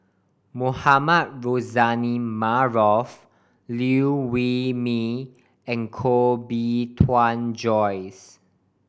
Mohamed Rozani Maarof Liew Wee Mee and Koh Bee Tuan Joyce